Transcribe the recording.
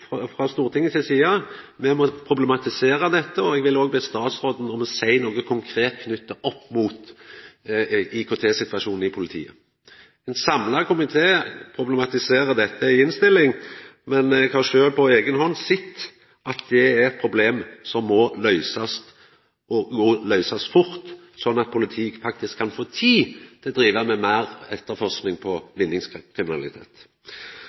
frå Stortinget si side må problematisera dette. Eg vil òg be statsråden seia noko konkret om IKT-situasjonen i politiet. Ein samla komité problematiserer dette i innstillinga, men eg har sjølv på eiga hand sett at det er eit problem som må løysast – og som må løysast fort – sånn at politiet faktisk kan få tid til å driva meir